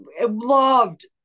loved